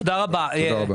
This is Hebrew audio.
תודה רבה.